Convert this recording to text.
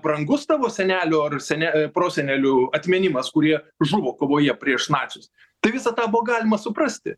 brangus tavo senelių ar sene prosenelių atminimas kurie žuvo kovoje prieš nacius tai visą tą buvo galima suprasti